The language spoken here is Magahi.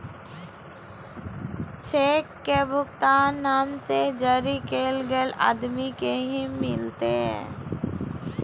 चेक के भुगतान नाम से जरी कैल गेल आदमी के ही मिलते